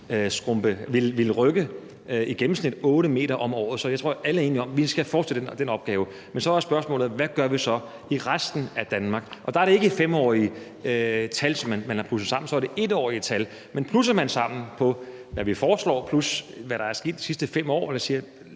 for år ville rykke i gennemsnit 8 m om året. Så jeg tror, alle er enige om, at vi skal fortsætte den opgave. Men så er spørgsmålet, hvad vi så gør i resten af Danmark. Og der er det ikke tal for 5 år, man har plusset, men for 1 år. Men plusser man det, vi foreslår, og det, der er sket de sidste 5 år, så vil der